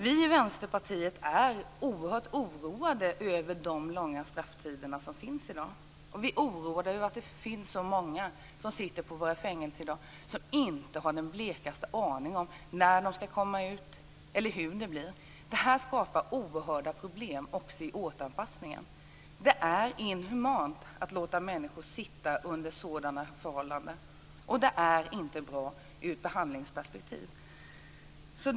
Vi i Vänsterpartiet är oerhört oroade över de långa strafftiderna i dag och vi är oroade över att det är så många som i dag sitter på våra fängelser som inte har den blekaste aning om när de kommer ut eller om hur det ska bli. Detta skapar oerhörda problem också när det gäller återanpassningen. Det är inhumant att låta människor sitta fängslade under sådana förhållanden och det är inte bra i ett behandlingsperspektiv.